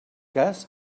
cas